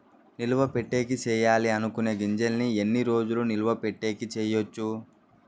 నిలువ పెట్టేకి సేయాలి అనుకునే గింజల్ని ఎన్ని రోజులు నిలువ పెట్టేకి చేయొచ్చు